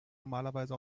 normalerweise